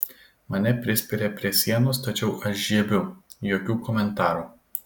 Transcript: mane prispiria prie sienos tačiau aš žiebiu jokių komentarų